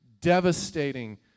devastating